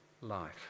life